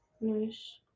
Nice